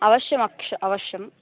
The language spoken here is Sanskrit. अवश्यम् अक्ष् अवश्यं